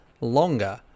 longer